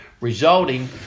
resulting